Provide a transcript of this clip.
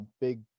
Big